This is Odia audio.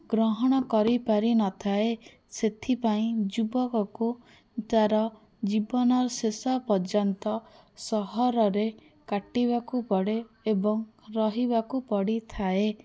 ଗ୍ରହଣ କରିପାରି ନଥାଏ ସେଥିପାଇଁ ଯୁବକକୁ ତା'ର ଜୀବନର ଶେଷ ପର୍ଯ୍ୟନ୍ତ ସହରରେ କାଟିବାକୁ ପଡ଼େ ଏବଂ ରହିବାକୁ ପଡ଼ିଥାଏ